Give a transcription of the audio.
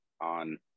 on